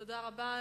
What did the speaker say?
תודה רבה.